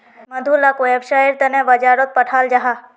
मधु लाक वैव्सायेर तने बाजारोत पठाल जाहा